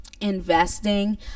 investing